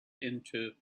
into